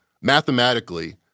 mathematically—